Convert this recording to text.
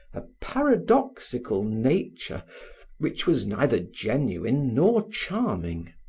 a paradoxical nature which was neither genuine nor charming,